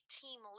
team